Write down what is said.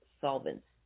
solvents